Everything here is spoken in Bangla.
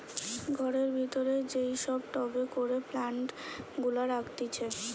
ঘরের ভিতরে যেই সব টবে করে প্লান্ট গুলা রাখতিছে